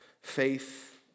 Faith